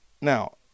now